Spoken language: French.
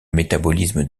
métabolisme